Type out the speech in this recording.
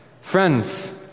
Friends